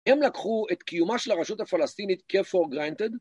הם לקחו את קיומה של הרשות הפלסטינית כ-for granted